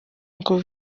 ngo